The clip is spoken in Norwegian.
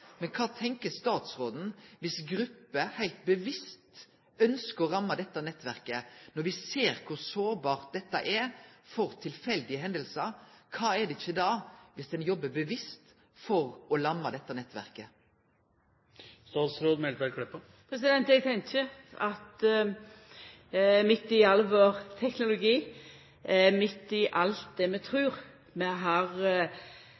men kva tenkjer statsråden dersom grupper heilt bevisst ønskjer å ramme dette nettverket? Når me ser kor sårbart dette er for tilfeldige hendingar, kva er det ikkje dersom ein jobbar bevisst for å lamme dette nettverket? Eg tenkjer at midt i all vår teknologi, midt i alt det vi trur vi har